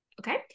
Okay